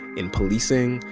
in policing.